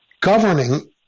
governing